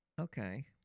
Okay